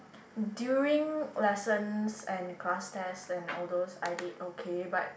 during lessons and class test and all those I did okay but